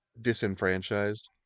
disenfranchised